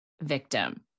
victim